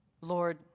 Lord